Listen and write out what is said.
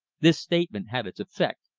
this statement had its effect,